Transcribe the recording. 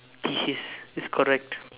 thesis is correct